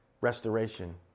restoration